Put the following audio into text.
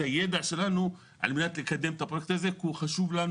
הידע שלנו על מנת לקדם את הפרויקט הזה כי הוא חשוב לנו